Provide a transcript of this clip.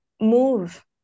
move